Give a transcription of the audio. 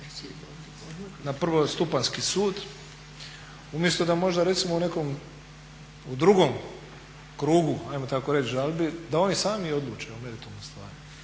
na prvostupanjski sud, umjesto da možda recimo u nekom drugom krugu ajmo tako reći žalbi da oni sami odluče o meritumu stvari.